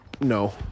No